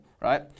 right